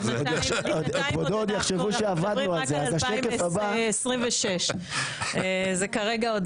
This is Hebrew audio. אנחנו מדברים רק על 2026. זה כרגע עוד